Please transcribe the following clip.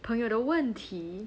朋友的问题